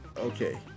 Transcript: Okay